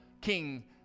king